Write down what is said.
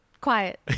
Quiet